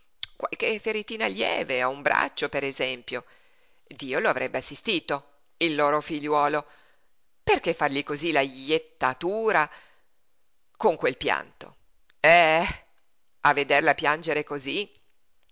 feritina lieve a un braccio per esempio dio lo avrebbe assistito il loro figliuolo perché fargli cosí la jettatura con quel pianto eh eh a vederla piangere cosí